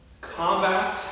combat